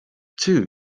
too